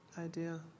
Idea